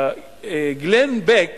גלן בק